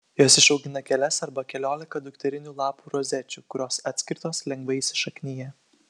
jos išaugina kelias arba keliolika dukterinių lapų rozečių kurios atskirtos lengvai įsišaknija